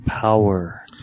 power